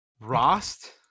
rost